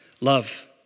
Love